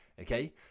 okay